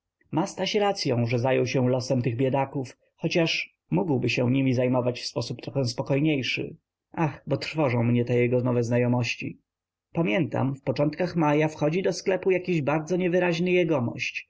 ma staś racyą że zajął się losem tych biedaków chociaż mógłby się nimi zajmować w sposób trochę spokojniejszy ach bo trwożą mnie jego nowe znajomości pamiętam w początkach maja wchodzi do sklepu jakiś bardzo niewyraźny jegomość